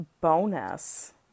bonus